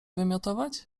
wymiotować